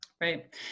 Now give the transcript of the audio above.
Right